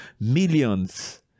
millions